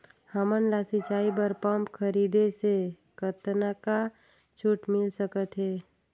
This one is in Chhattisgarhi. हमन ला सिंचाई बर पंप खरीदे से कतका छूट मिल सकत हे?